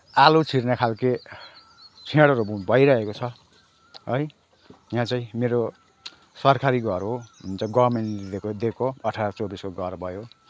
आलु छिर्नेखालकै छेड्हरू भइरहेको छ है यहाँ चाहिँ मेरो सरकारी घर हो जुन चाहिँ गभर्मेन्टले दिएको अठार चौबिसको घर भयो